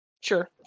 Sure